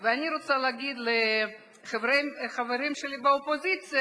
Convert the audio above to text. ואני רוצה להגיד לחברים שלי באופוזיציה